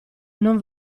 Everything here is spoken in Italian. non